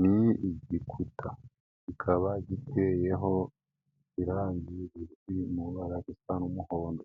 Ni igikuta, kikaba giteyeho irangi riri mu mabara asa umuhondo,